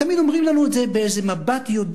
תמיד אומרים לנו את זה באיזה מבט יודע